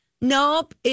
Nope